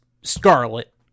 Scarlet